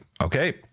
okay